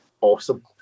awesome